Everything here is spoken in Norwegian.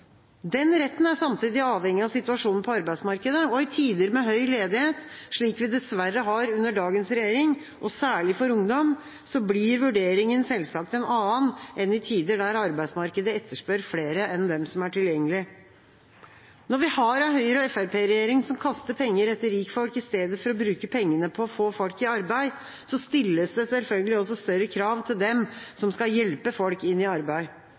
Den retten er samtidig avhengig av situasjonen på arbeidsmarkedet. I tider med høy ledighet, slik vi dessverre har under dagens regjering, og særlig for ungdom, blir vurderingen selvsagt en annen enn i tider der arbeidsmarkedet etterspør flere enn dem som er tilgjengelige. Når vi har en Høyre–Fremskrittsparti-regjering som kaster penger etter rikfolk i stedet for å bruke pengene på å få folk i arbeid, stilles det selvfølgelig også større krav til dem som skal hjelpe folk inn i arbeid.